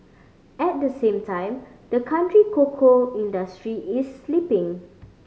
at the same time the country cocoa industry is slipping